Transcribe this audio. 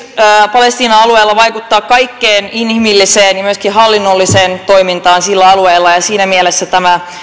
palestiinan alueella vaikuttaa kaikkeen inhimilliseen ja myöskin hallinnolliseen toimintaan sillä alueella ja siinä mielessä tämä